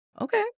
Okay